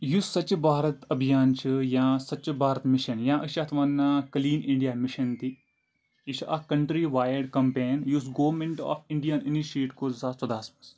یُس سۄچہِ بھارَت ابھیان چھِ یا سۄچہِ بھارت مِشَن یا أسۍ چھِ اَتھ وَنان کٔلیٖن اِنڈیا مِشَن تہِ یہِ چھِ اَکھ کَنٹرٛی وایڈ کَمپین یُس گورنمنٹ آف اِنڈیَن اِنِشیٹ کوٚر زٕ ساس ژۄدہَس منٛز